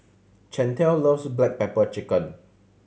Chantel loves black pepper chicken